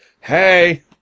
Hey